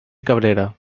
cabrera